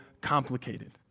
complicated